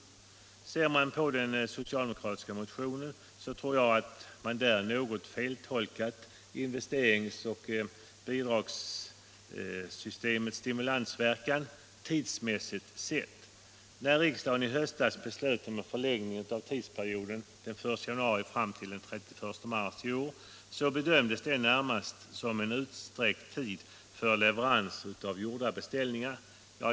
Jag tror att man i den socialdemokratiska motionen något har feltolkat investerings och bidragssystemets stimulansverkan tidsmässigt sett. När riksdagen i höstas beslöt om en förlängning av tidsperioden från den 1 januari fram till den 31 mars i år bedömdes det närmast som en utsträckning av tiden för leverans av gjorda beställningar.